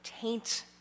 taint